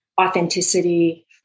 authenticity